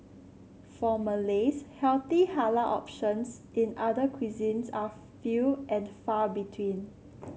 for Malays healthy halal options in other cuisines are few and far between